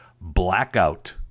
blackout